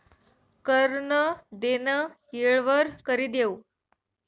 कर नं देनं येळवर करि देवं